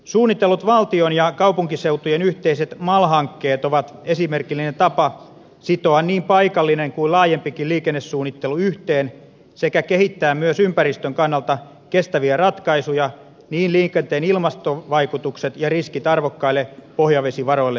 suunnitellut valtion ja kaupunkiseutujen yhteiset mal hankkeet ovat esimerkillinen tapa sitoa niin paikallinen kuin laajempikin liikennesuunnittelu yhteen sekä kehittää myös ympäristön kannalta kestäviä ratkaisuja niin että liikenteen ilmastovaikutukset ja riskit arvokkaille pohjavesivaroille minimoidaan